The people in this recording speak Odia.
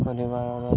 ପରିବାର